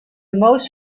most